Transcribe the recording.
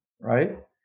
right